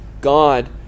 God